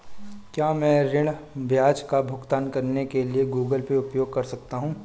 क्या मैं ऋण ब्याज का भुगतान करने के लिए गूगल पे उपयोग कर सकता हूं?